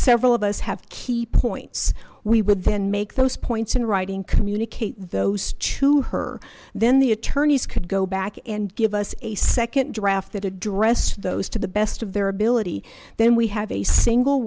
several of us have key points we would then make those points in writing communicate those to her then the attorneys could go back and give us a second draft that addressed those to the best of their ability then we have a single